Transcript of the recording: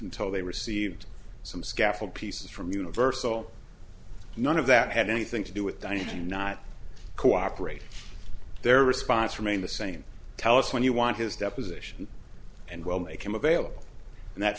until they received some scaffold pieces from universal none of that had anything to do with dining to not cooperate their response from maine the same tell us when you want his deposition and we'll make him available and that